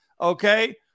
Okay